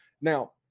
Now